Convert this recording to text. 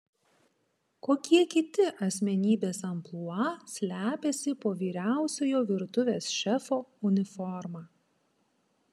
kokie kiti asmenybės amplua slepiasi po vyriausiojo virtuvės šefo uniforma